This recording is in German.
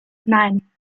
nein